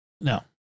No